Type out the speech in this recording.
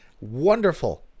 Wonderful